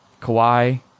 Kawhi